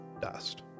dust